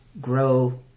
grow